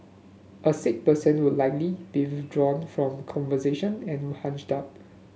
a sick person will likely from conversation and would hunch up